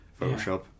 Photoshop